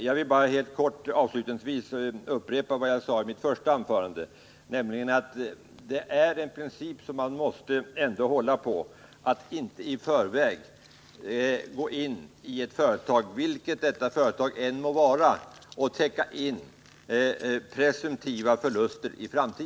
Jag vill avslutningsvis upprepa vad jag sade i mitt första anförande, nämligen att man måste hålla på principen att inte i förväg gå in i ett företag, vilket företag det än vara månde, och täcka in presumtiva förluster.